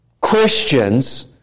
Christians